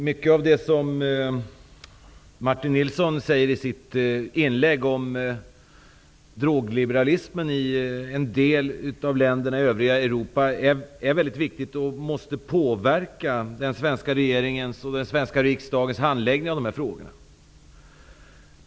Fru talman! Martin Nilsson talade i sitt anförande om drogliberalismen i en del av länderna i det övriga Europa. Detta är väldigt viktigt och måste påverka den svenska regeringens och riksdagens handläggning av dessa frågor.